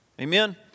Amen